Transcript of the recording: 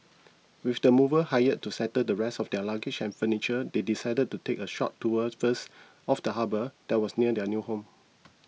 with the movers hired to settle the rest of their luggage and furniture they decided to take a short tour first of the harbour that was near their new home